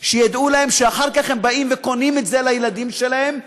שידעו להם כי אחר כך הם באים וקונים את זה לילדים שלהם,